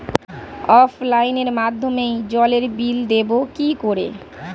অফলাইনে মাধ্যমেই জলের বিল দেবো কি করে?